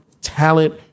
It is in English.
talent